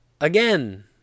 again